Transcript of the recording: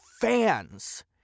fans